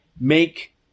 make